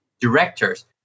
directors